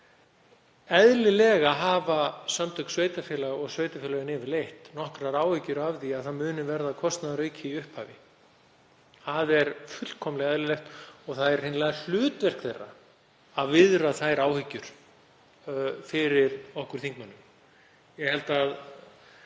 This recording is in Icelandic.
Eðlilega hafa Samtök íslenskra sveitarfélaga og sveitarfélögin yfirleitt nokkrar áhyggjur af því að það muni verða kostnaðarauki í upphafi. Það er fullkomlega eðlilegt og það er hreinlega hlutverk þeirra að viðra þær áhyggjur fyrir okkur þingmönnum. Ég held að